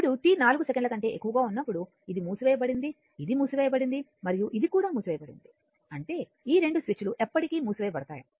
ఇప్పుడు t 4 సెకన్ల కంటే ఎక్కువగా ఉన్నప్పుడు ఇది మూసివేయబడింది ఇది మూసివేయబడింది మరియు ఇది కూడా మూసివేయబడింది అంటే ఈ రెండు స్విచ్లు ఎప్పటికీ మూసివేయబడతాయి